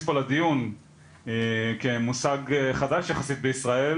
להכניס פה לדיון כמושג חדש יחסית בישראל